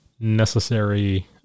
necessary